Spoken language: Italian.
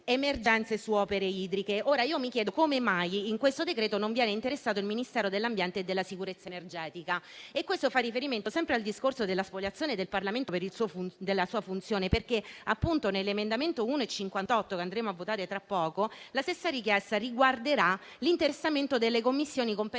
emergenze su opere idriche. Mi chiedo come mai in questo decreto non venga interessato anche il Ministero dell'ambiente e della sicurezza energetica e questo si aggancia al discorso della spoliazione del Parlamento della sua funzione. Anche per l'emendamento 1.58 che andremo a votare tra poco la stessa richiesta riguarderà l'interessamento delle Commissioni competenti